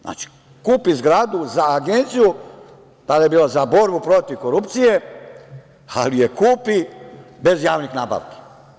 Znači, kupi zgradu za agenciju, tada je bila za borbu protiv korupcije, ali je kupi bez javnih nabavki.